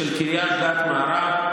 של קריית גת מערב,